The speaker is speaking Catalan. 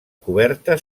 coberta